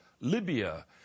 Libya